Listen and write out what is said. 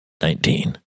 Nineteen